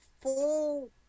full